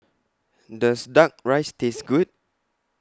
Does Duck Rice Taste Good